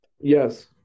yes